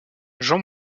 jean